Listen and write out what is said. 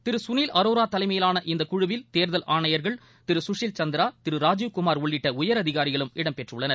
திரு களில் அரோரா தலைமையிலாள இந்தக் குழுவில் தேர்தல் ஆணையர்கள் திரு குஷில் சந்திரா திரு ராஜீவ் குமார் உள்ளிட்ட உயரதிகாரிகளும் இடம்பெற்றுள்ளனர்